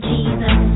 Jesus